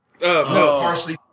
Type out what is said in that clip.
Parsley